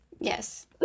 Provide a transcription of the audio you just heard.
Yes